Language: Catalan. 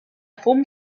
fum